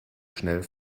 schnell